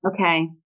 Okay